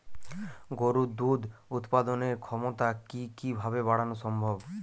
গরুর দুধ উৎপাদনের ক্ষমতা কি কি ভাবে বাড়ানো সম্ভব?